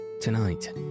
Tonight